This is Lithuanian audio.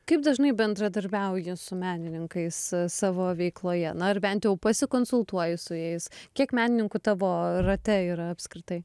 kaip dažnai bendradarbiauji su menininkais savo veikloje na ar bent jau pasikonsultuoji su jais kiek menininkų tavo rate yra apskritai